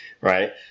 right